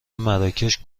مراکش